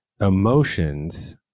emotions